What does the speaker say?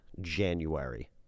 January